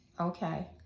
Okay